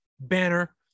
banner